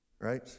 Right